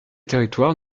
territoires